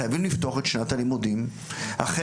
שחייבים לפתוח את שנת הלימודים ואין